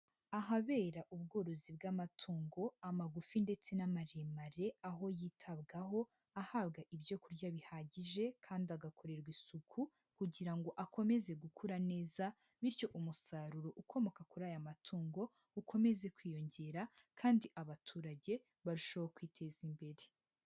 Ahabera ubworozi bw'amatungo, amagufi ndetse n'amaremare aho yitabwaho ahabwa ibyo kurya bihagije, kandi agakorerwa isuku kugira ngo akomeze gukura neza, bityo umusaruro ukomoka kuri aya matungo ukomeze kwiyongera kandi abaturage barushaho kwiteza imbere.